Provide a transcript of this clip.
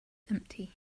empty